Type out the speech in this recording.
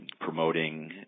promoting